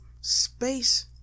space